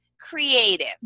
Creative